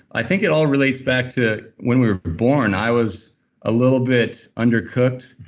i think it all relates back to when we were born. i was a little bit undercooked.